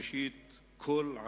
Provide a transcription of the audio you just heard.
ראשית כול,